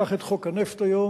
קח את חוק הנפט היום,